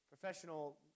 professional